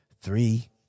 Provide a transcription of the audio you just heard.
three